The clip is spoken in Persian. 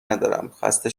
ندارم، خسته